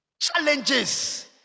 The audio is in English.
challenges